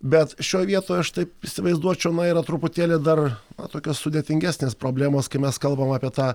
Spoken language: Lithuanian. bet šioj vietoj aš taip įsivaizduočiau na yra truputėlį dar na tokios sudėtingesnės problemos kai mes kalbam apie tą